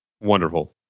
Wonderful